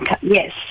yes